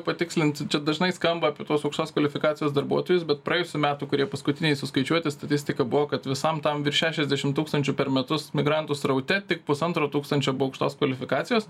patikslint čia dažnai skamba apie tuos aukštos kvalifikacijos darbuotojus bet praėjusių metų kurie paskutiniai suskaičiuoti statistika buvo kad visam tam virš šešiasdešim tūkstančių per metus migrantų sraute tik pusantro tūkstančio buvo aukštos kvalifikacijos